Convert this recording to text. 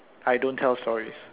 I don't tell stories